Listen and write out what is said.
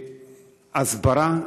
הסברה,